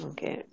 Okay